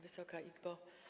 Wysoka Izbo!